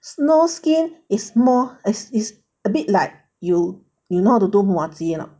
snow skin is more as is a bit like you you know how to do muah-chee or not